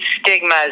stigmas